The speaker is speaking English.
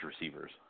receivers